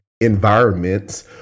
environments